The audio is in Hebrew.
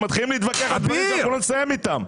מתחילים להתווכח על דברים שלא נסיים איתם.